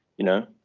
you know.